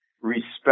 respect